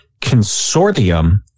consortium